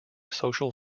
social